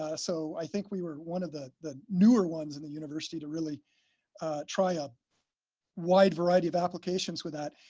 so i think we were one of the the newer ones in the university to really try a wide variety of applications with that.